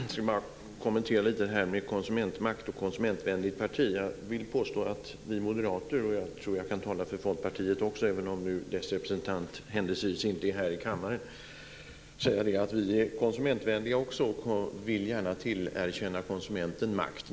Fru talman! Jag ska bara lite kommentera detta med konsumentmakt och konsumentvänligt parti. Jag vill påstå att vi moderater - och jag tror att jag kan tala också för Folkpartiet, även om dess representant händelsevis inte är här i kammaren - också är konsumentvänliga och gärna vill tillerkänna konsumenten makt.